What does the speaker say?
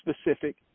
specific